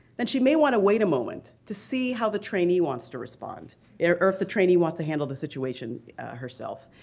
then she may want to wait a moment to see how the trainee wants to respond or or if the trainee wants to handle the situation herself.